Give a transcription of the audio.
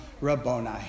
Rabboni